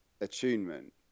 attunement